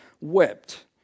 wept